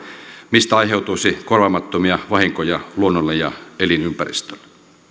mistä aiheutuisi korvaamattomia vahinkoja luonnolle ja elinympäristölle